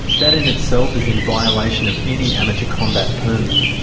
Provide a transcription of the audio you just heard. that in itself is in violation of any amateur combat permit.